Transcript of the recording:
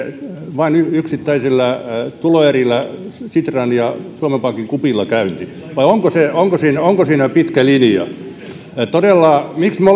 vain yksittäisillä tuloerillä sitran ja suomen pankin kupilla käynti vai onko siinä onko siinä pitkä linja miksi me